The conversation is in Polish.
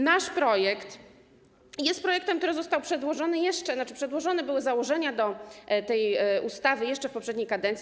Nasz projekt jest projektem, który został przedłożony - znaczy, przedłożone były założenia do tej ustawy - jeszcze w poprzedniej kadencji.